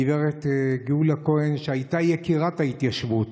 הגב' גאולה כהן, שהייתה יקירת ההתיישבות,